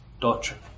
doctrine